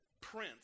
Prince